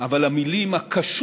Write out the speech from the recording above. אבל המילים הקשות